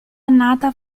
annata